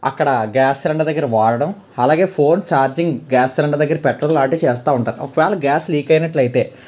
అక్కడ gas cylinder దగ్గర వాడడం అలాగే ఫోన్ ఛార్జింగ్ గ్యాస్ సిలిండర్ దగ్గర పెట్టడం లాంటివి చేస్తా ఉంటారు ఒకవేళ గ్యాస్ లీక్ అయినట్లయితే